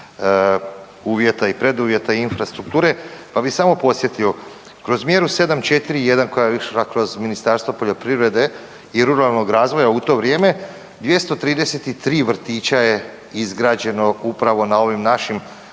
uvjeta i preduvjeta infrastrukture. Pa bih samo podsjetio, kroz mjeru 741 koja je išla kroz Ministarstvo poljoprivrede i ruralnog razvoja u to vrijeme 233 vrtića je izgrađeno upravo na ovim našim